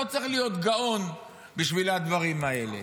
לא צריך להיות גאון בשביל הדברים האלה.